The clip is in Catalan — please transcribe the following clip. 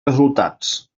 resultats